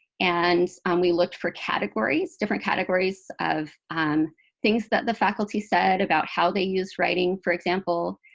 and we looked for categories, different categories, of um things that the faculty said about how they use writing, for example,